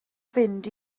fynd